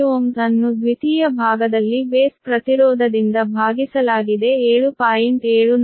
06∟780 Ω ಅನ್ನು ದ್ವಿತೀಯ ಭಾಗದಲ್ಲಿ ಬೇಸ್ ಪ್ರತಿರೋಧದಿಂದ ಭಾಗಿಸಲಾಗಿದೆ 7